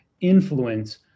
influence